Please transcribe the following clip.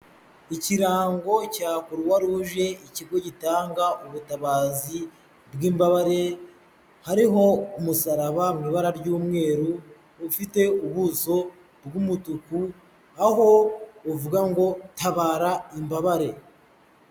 Ikirango cya kuruwa ruje, ikigo gitanga ubutabazi bw'imbabare, hariho umusaraba mu ibara ry'umweru, ufite ubuso bw'umutuku aho uvuga ngo tabara imbabare.